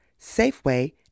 Safeway